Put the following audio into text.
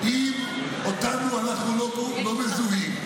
אתה לא גזע.